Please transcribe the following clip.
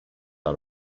out